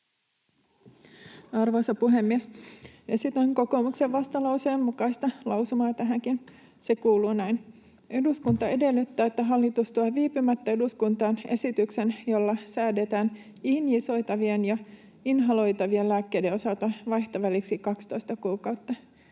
Arvoisa puhemies! Esitän kokoomuksen vastalauseen mukaista lausumaa tähänkin. Se kuuluu näin: ”Eduskunta edellyttää, että hallitus tuo viipymättä eduskuntaan esityksen, jolla säädetään inhaloitavien ja injisoitavien lääkkeiden osalta vaihtoväliksi 12 kuukautta.”